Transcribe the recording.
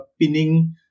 pinning